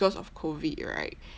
because of COVID right